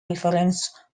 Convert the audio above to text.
reference